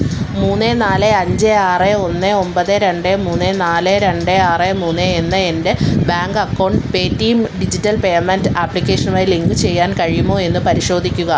മൂന്ന് നാല് അഞ്ച് ആറ് ഒന്ന് ഒമ്പത് രണ്ട് മൂന്ന് നാല് രണ്ട് ആറ് മൂന്ന് എന്ന എൻ്റെ bank account Paytm digital payment ആപ്ലിക്കേഷനുമായി ലിങ്കുചെയ്യാൻ കഴിയുമോ എന്ന് പരിശോധിക്കുക